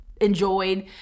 enjoyed